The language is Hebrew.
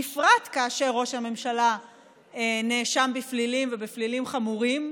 בפרט כאשר ראש הממשלה נאשם בפלילים ובפלילים חמורים.